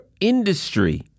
industry